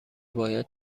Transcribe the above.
باید